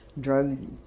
drug